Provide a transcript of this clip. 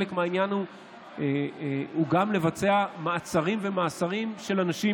חלק מהעניין הוא גם לבצע מעצרים ומאסרים של אנשים,